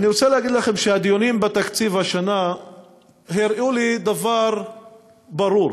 אני רוצה להגיד לכם שהדיונים בתקציב השנה הראו לי דבר ברור,